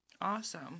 Awesome